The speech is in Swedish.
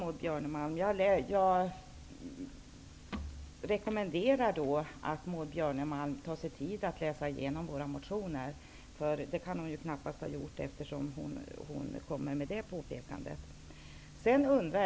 Jag rekommenderar Maud Björnemalm att ta sig tid att läsa igenom våra motioner. Det kan hon knappast ha gjort, eftersom hon kommer med ett sådant påpekande.